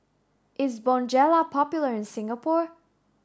is Bonjela popular in Singapore